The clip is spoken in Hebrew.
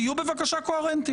תהיו בבקשה קוהרנטיים.